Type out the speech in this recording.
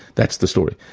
that's the story,